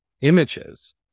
images